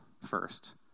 first